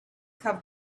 have